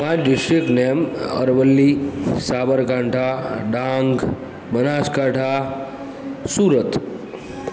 પાંચ district name Aravalli Sabarkantha Dang Banaskantha Surat